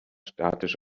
statisch